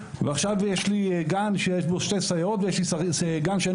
עכשיו יש לי גן שיש בו שתי סייעות ויש לי גן שבכלל אין